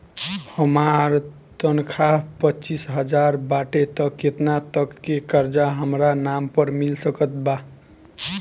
हमार तनख़ाह पच्चिस हज़ार बाटे त केतना तक के कर्जा हमरा नाम पर मिल सकत बा?